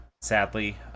sadly